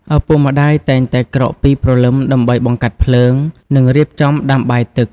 ឪពុកម្តាយតែងតែក្រោកពីព្រលឹម ដើម្បីបង្កាត់ភ្លើង និងរៀបចំដាំបាយទឹក។